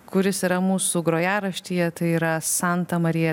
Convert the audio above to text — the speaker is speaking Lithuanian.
kuris yra mūsų grojaraštyje tai yra santa marija